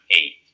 eight